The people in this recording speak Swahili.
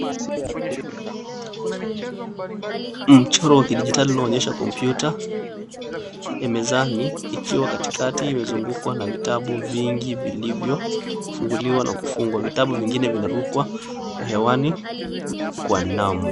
Mchoro wa kidijitali unaonyesha kompyuta ya mezani ikiwa katikati imezungukwa na vitabu vingi vilivyofunguliwa na kufungwa. Vitabu vingine vinarukwa kwa hewani kwa namu.